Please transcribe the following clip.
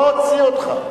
לא אוציא אותך.